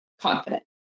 confident